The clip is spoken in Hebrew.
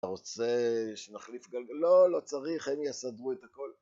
אתה רוצה שנחליף גלגל? לא, לא צריך, הם יסדרו את הכל.